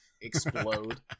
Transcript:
explode